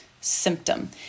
symptom